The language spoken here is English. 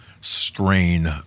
strain